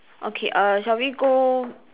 okay err shall we go